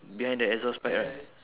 behind the exhaust pipe right